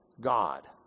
God